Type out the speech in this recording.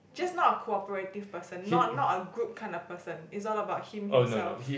just not a cooperative person not not a group kind of person it's all about him himself